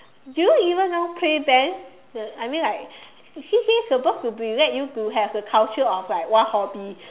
do you even know play band the I mean like C_C_A suppose to be let you to have the culture of like what hobby